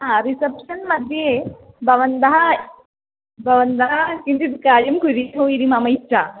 हा रिसेप्शन्मध्ये भवन्तः भवन्तः किञ्चित् कार्यं कुर्युः इति मम इच्छा